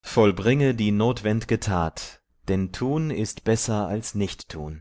vollbringe die notwend'ge tat denn tun ist besser als nichttun